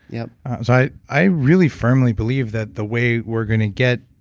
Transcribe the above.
yeah so i i really firmly believe that the way we're going to get,